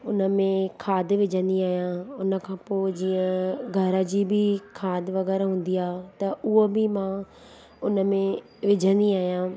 उनमें खाद विझंदी आहियां उन खां पोइ जीअं घर जी बि खाद वग़ैरह हूंदी आहे त उहा बि मां उनमें विझंदी आहियां